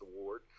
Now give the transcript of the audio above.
Award